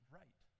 right